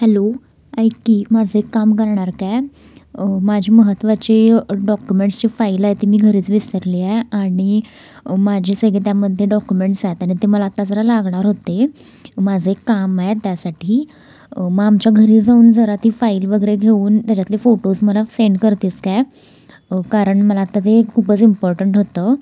hello ऐक की माझं एक काम करणार काय माझे महत्त्वाचे डॉक्युमेंट्सची फाईल आहे ते मी घरीच विसरली आहे आणि माझे सगळे त्यामध्ये डॉक्युमेंट्स आहेत आणि ते मला आता जरा लागणार होते माझं एक काम आहे त्यासाठी मग आमच्या घरी जाऊन जरा ती फाईल वगैरे घेऊन त्याच्यातले फोटोज मला सेंड करतेस काय कारण मला आता ते खूपच इम्पॉर्टंट होतं